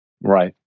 Right